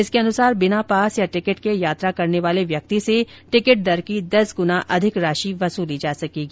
इसके अनुसार बिना पास या टिकट के यात्रा करने वाले व्यक्ति से टिकट दर की दस गुना अधिक राशि वसूली जा सकेगी